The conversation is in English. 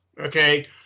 Okay